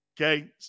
Okay